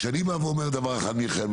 כשאני בא ואומר דבר אחד מיכאל,